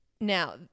Now